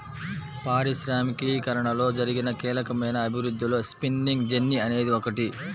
పారిశ్రామికీకరణలో జరిగిన కీలకమైన అభివృద్ధిలో స్పిన్నింగ్ జెన్నీ అనేది ఒకటి